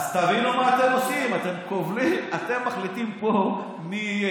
אז תבינו מה אתם עושים: אתם מחליטים פה מי יהיה.